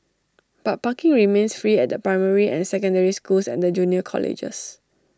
but parking remains free at the primary and secondary schools and the junior colleges